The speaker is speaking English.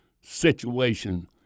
situation